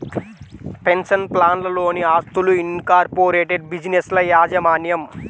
pension ప్లాన్లలోని ఆస్తులు, incorporated బిజినెస్ల యాజమాన్యం